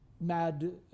mad